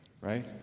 right